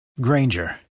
Granger